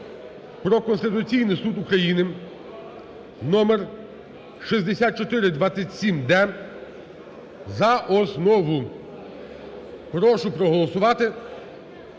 про Конституційний Суд України (номер 6427-д) за основу. Прошу проголосувати.